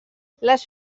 les